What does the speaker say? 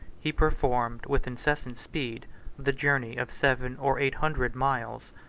he performed with incessant speed the journey of seven or eight hundred miles,